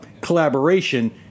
collaboration